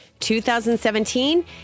2017